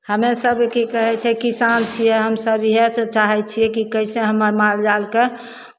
हमेसभ की कहै छै किसान छियै हमसभ इएहसभ चाहै छियै कि कइसे हमर माल जालके